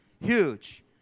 huge